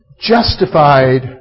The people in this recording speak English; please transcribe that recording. justified